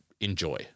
enjoy